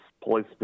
police